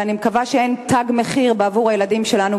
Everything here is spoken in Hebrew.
ואני מקווה שאין תג מחיר עבור הילדים שלנו,